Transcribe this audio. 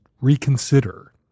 reconsider